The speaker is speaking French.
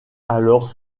alors